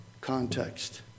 context